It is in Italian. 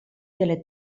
delle